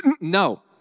no